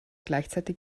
gleichzeitig